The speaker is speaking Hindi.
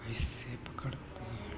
कैसे पकड़ते हैं